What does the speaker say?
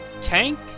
Tank